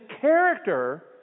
character